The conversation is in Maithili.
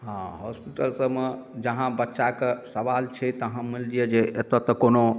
हँ हॉस्पिटल सबमे जहाँ बच्चा कऽ सवाल छै तहाँ मानि लिअ जे एतऽ तऽ कोनो